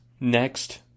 Next